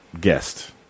guest